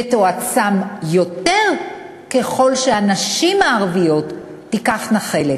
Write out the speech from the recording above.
והיא תועצם יותר ככל שהנשים הערביות תיקחנה חלק.